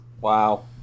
wow